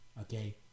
okay